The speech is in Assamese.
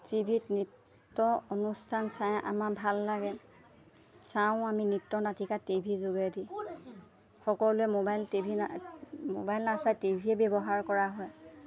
টি ভিত নৃত্য অনুষ্ঠান চাই আমাৰ ভাল লাগে চাওঁ আমি নৃত্যনাটিকা টি ভি যোগেদি সকলোৱে মোবাইল টি ভি মোবাইল নাচাই টি ভিয়ে ব্যৱহাৰ কৰা হয়